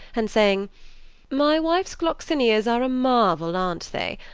and saying my wife's gloxinias are a marvel, aren't they?